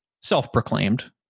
self-proclaimed